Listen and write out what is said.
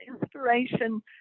inspiration